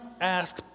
ask